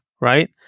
right